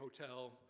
hotel